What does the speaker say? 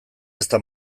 ezta